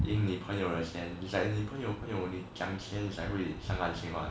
赢你朋友的钱 is like 你朋友朋友讲钱会伤感情 what